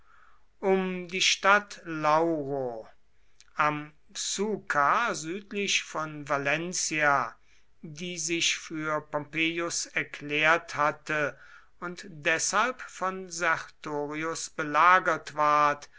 um die stadt lauro am xucar südlich von valencia die sich für pompeius erklärt hatte und deshalb von sertorius belagert ward